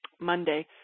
Monday